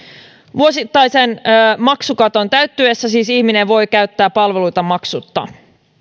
vuosittaisen maksukaton täyttyessä siis ihminen voi käyttää palveluita maksutta